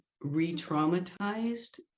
re-traumatized